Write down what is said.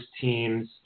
teams